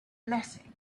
blessing